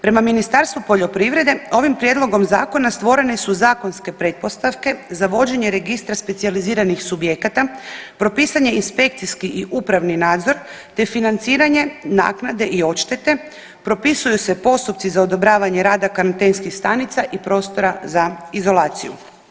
Prema Ministarstvu poljoprivrede ovim prijedlogom zakona stvorene su zakonske pretpostavke za vođenje registra specijaliziranih subjekata, propisan je inspekcijski i upravni nadzor te financiranje naknade i odštete, propisuju se postupci za odobravanje rada karantenskih stanica i prostora za izolaciju.